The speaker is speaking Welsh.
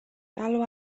galw